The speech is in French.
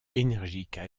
énergiques